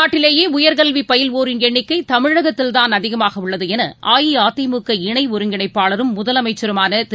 நாட்டிலேயே உயர்கல்வி பயில்வோரின் எண்ணிக்கை தமிழகத்தில் தான் அதிகமாக உள்ளது என அஇஅதிமுக இணை ஒருங்கிணைப்பாளரும் முதலமைச்சருமான திரு